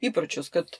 įpročius kad